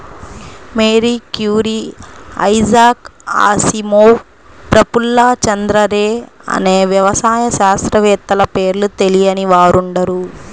Mary Curie, Isaac Asimov, Prafulla Chandra Ray అనే వ్యవసాయ శాస్త్రవేత్తల పేర్లు తెలియని వారుండరు